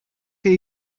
chi